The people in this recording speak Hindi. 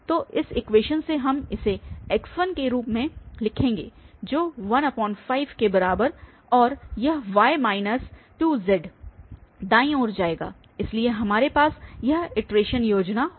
तो इस इक्वेशन से हम इसे x1के रूप में लिखेंगे जो 15 के बराबर और यह y माइनस 2z दाईं ओर जाएगा इसलिए हमारे पास यह इटरेशन योजना होगी